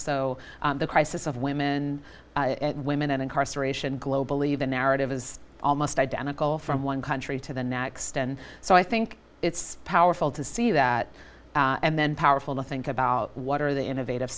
so the crisis of women women and incarceration globally the narrative is almost identical from one country to the next and so i think it's powerful to see that and then powerful to think about what are the innovative